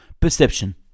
Perception